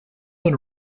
own